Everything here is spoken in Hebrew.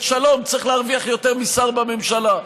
שלום צריך להרוויח יותר משר בממשלה,